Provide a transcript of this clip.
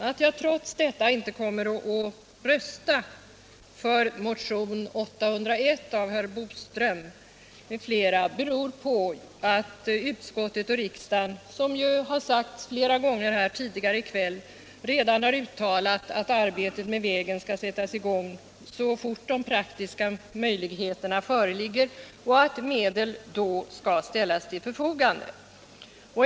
Att jag trots detta inte kommer att rösta för motion 801 av herr Boström m.fl. beror på att utskottet och riksdagen, som ju har sagts flera gånger tidigare i kväll, redan har uttalat att arbetet med vägen skall sättas i gång så snart de praktiska möjligheterna föreligger och att medel då skall ställas till förfogande.